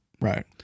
Right